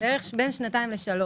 בין שנתיים לשלוש.